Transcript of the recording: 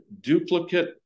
duplicate